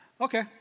okay